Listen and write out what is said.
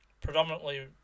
predominantly